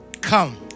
come